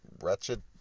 wretched